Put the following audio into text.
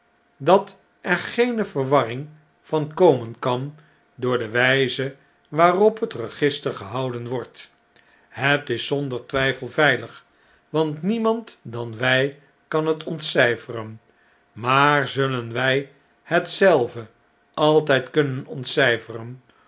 da't er geene verwarring van komen kan door de wjjze waarop het register gehouden wordt het is zonder twijfel veilig want niemand dan wjj kan het ontcn'feren maar zullen wij het zelve altijd kunnen ontcijferen